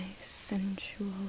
sensual